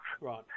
Right